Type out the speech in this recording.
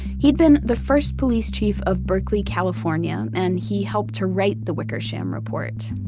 he'd been the first police chief of berkeley, california, and he helped to write the wickersham report.